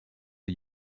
are